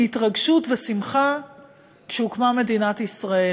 מהתרגשות ושמחה כשהוקמה מדינת ישראל,